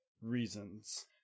Reasons